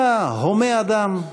אלא הומה אדם,